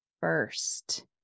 first